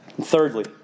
Thirdly